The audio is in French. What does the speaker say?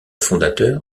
fondateur